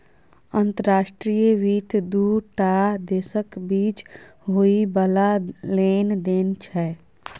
अंतर्राष्ट्रीय वित्त दू टा देशक बीच होइ बला लेन देन छै